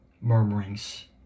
murmurings